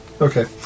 Okay